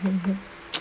mmhmm